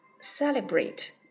celebrate